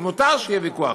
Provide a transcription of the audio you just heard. ומותר שיהיה ויכוח,